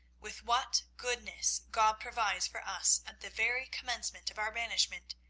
with what goodness god provides for us at the very commencement of our banishment,